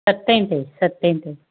सतें ते सतें ते